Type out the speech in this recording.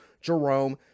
Jerome